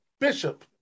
Bishop